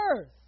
earth